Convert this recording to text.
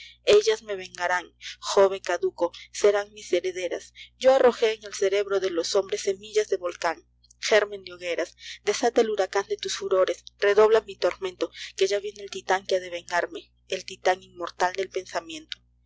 ellas me vengarán jove caduco serán mis herederas yo arrojé en el cerebro de los hombres semillas de volcan gérmen de hogueras desata el huracan de tus furores redobla mi tormento que ya viene el titan que ha de vengarme el titan immort al del pensamiento